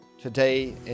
Today